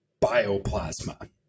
Bioplasma